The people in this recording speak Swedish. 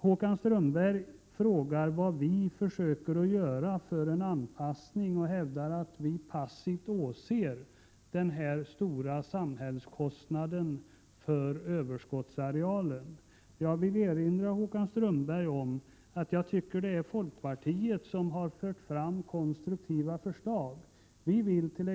Håkan Strömberg frågade vad vi vill göra för att åstadkomma en anpassning och hävdar att vi passivt åser hur den stora samhällskostnaden för överskottsarealen uppstår. Jag vill erinra Håkan Strömberg om att jag tycker Prot. 1987/88:134 att det är folkpartiet som har fört fram konstruktiva förslag. Vi villt.ex.